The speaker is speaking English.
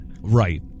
right